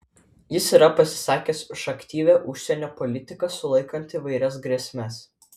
jis yra pasisakęs už aktyvią užsienio politiką sulaikant įvairias grėsmes